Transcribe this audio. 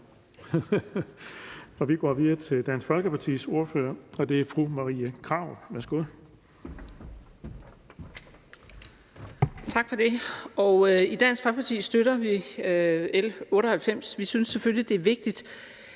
Vi går videre til Dansk Folkepartis ordfører, og det er fru Marie Krarup. Værsgo.